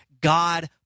God